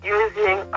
using